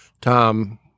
Tom